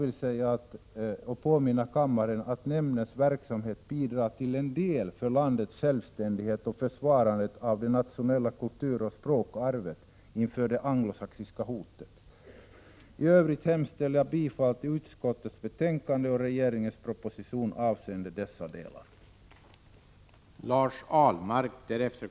Men jag vill påminna kammaren om att nämndens verksamhet i viss utsträckning bidrar till landets självständighet och försvarandet av det nationella språkarvet inför det anglosaxiska hotet. I övrigt hemställer jag om bifall till utskottets hemställan och regeringens proposition avseende de delar jag har berört.